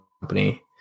company